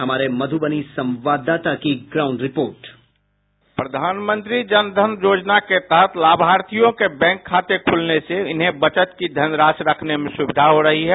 हमारे मधुबनी संवाददाता की ग्राउंड रिपोर्ट बाईट संवाददाता जनधन योजना के तहत लाभार्थियों के बैंक खाते खुलने से उन्हें बचत की धनराशि रखने में सुविधा हो रही है